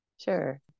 Sure